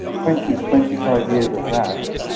twenty, twenty five years of that,